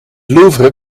louvre